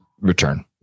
return